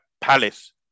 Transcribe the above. Palace